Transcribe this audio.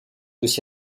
aussi